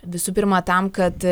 visų pirma tam kad